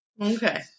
Okay